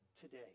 today